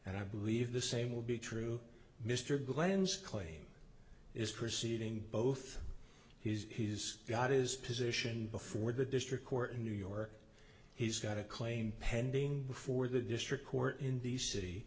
and i believe the same will be true mr glenn's claim is proceeding both he's got is position before the district court in new york he's got a claim pending before the district court in